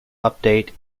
update